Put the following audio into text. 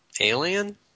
Alien